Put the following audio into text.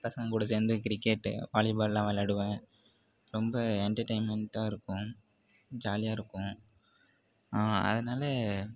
பசங்க கூட சேர்ந்து கிரிக்கெட் வாலிபால்லாம் விளாடுவேன் ரொம்ப என்டர்டெயின்மெண்ட்டாக இருக்கும் ஜாலியாக இருக்கும் அதனால்